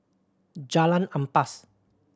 Jalan Ampas